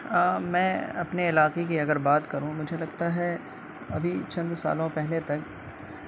میں اپنے علاقے کی اگر بات کروں مجھے لگتا ہے ابھی چند سالوں پہلے تک